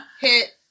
hit